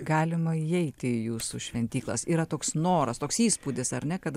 galima įeiti į jūsų šventyklas yra toks noras toks įspūdis ar ne kad